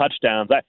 touchdowns